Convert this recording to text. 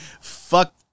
Fuck